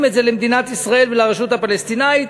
את זה למדינת ישראל ולרשות הפלסטינית.